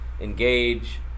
engage